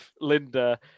Linda